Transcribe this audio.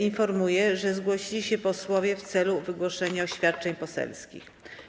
Informuję, że zgłosili się posłowie w celu wygłoszenia oświadczeń poselskich.